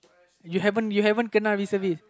you haven't you haven't kena reservist